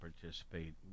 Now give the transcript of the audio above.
participate